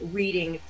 reading